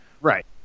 right